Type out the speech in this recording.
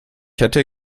hätte